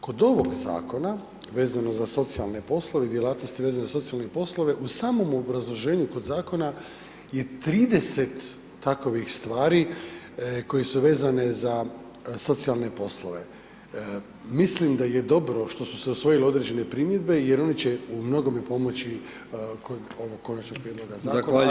Kod ovog Zakona vezano za socijalne poslove, djelatnosti vezane za socijalne poslove u samom obrazloženju kod Zakona i 30 takovih stvari koje su vezane za socijalne poslove, mislim da je dobro što su se usvojile određene primjedbe jer oni će u mnogome pomoći kod ovog Konačnog prijedloga Zakona [[Upadica: Zahvaljujem kolega Babić]] [[Govornik se ne razumije]] najbitnije.